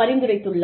பரிந்துரைத்துள்ளார்